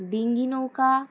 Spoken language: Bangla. ডিঙি নৌকা